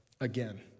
again